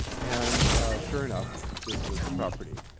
and sure enough, this was the property.